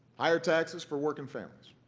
higher taxes for working families